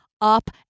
Up